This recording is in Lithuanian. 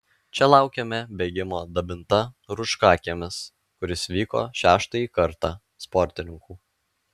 čia laukėme bėgimo dabinta rūčkakiemis kuris vyko šeštąjį kartą sportininkų